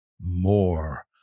more